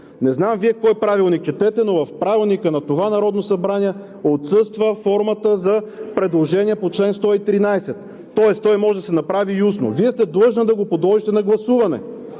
Не знам кой Правилник четете Вие, но в Правилника на това Народно събрание отсъства формата за предложение по чл. 113. Тоест то може да се направи и устно. Вие сте длъжна да го подложите на гласуване.